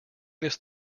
this